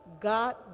God